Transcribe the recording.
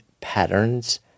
patterns